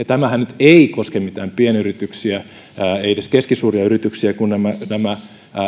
tämähän nyt ei koske mitään pienyrityksiä ei edes keskisuuria yrityksiä kun nämä nämä